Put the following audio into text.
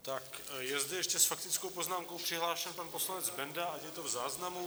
Tak je zde ještě s faktickou poznámkou přihlášen pan poslanec Benda, ať je to v záznamu.